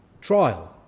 trial